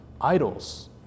idols